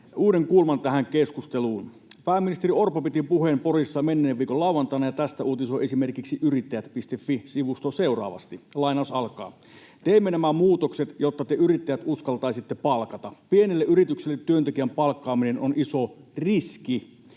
uuden kulman tähän keskusteluun. Pääministeri Orpo piti puheen Porissa menneen viikon lauantaina, ja tästä uutisoi esimerkiksi yrittäjät.fi-sivusto seuraavasti: ”Teemme nämä muutokset, jotta te yrittäjät uskaltaisitte palkata. Pienelle yritykselle työntekijän palkkaaminen on iso riski.